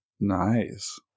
Nice